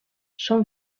són